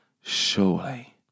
Surely